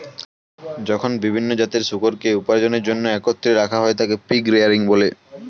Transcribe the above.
যখন বিভিন্ন জাতের শূকরকে উপার্জনের জন্য একত্রে রাখা হয়, তখন তাকে পিগ রেয়ারিং বলে